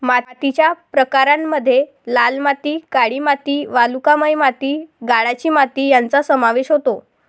मातीच्या प्रकारांमध्ये लाल माती, काळी माती, वालुकामय माती, गाळाची माती यांचा समावेश होतो